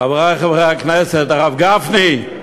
חברי חברי הכנסת, הרב גפני,